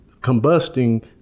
combusting